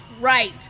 Right